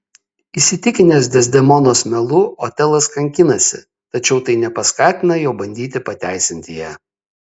įsitikinęs dezdemonos melu otelas kankinasi tačiau tai nepaskatina jo bandyti pateisinti ją